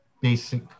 basic